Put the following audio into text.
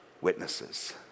witnesses